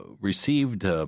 received